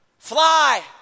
Fly